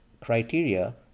criteria